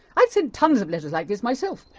i've sent tons of letters like this myself.